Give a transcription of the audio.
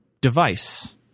device